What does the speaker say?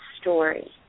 story